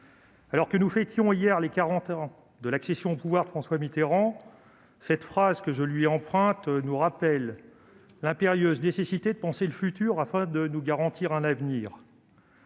Alors que nous fêtions hier les quarante ans de l'accession au pouvoir de François Mitterrand, cette phrase que je lui emprunte nous rappelle l'impérieuse nécessité de penser le futur afin de nous garantir un avenir.